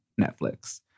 Netflix